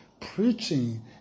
preaching